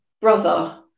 brother